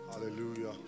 Hallelujah